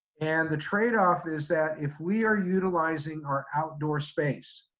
and the trade off is that if we are utilizing our outdoor space